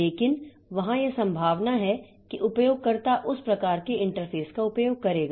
लेकिन वहाँ यह संभावना है कि उपयोगकर्ता उस प्रकार के इंटरफेस का उपयोग करेगा